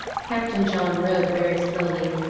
captain john rowed very slowly,